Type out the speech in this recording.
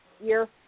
year